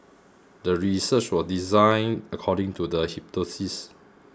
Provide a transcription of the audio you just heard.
the research was designed according to the hypothesis